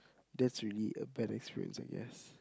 that's really a bad experience I guess